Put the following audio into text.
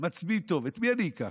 מצביא טוב, את מי אני אקח?